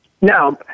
Now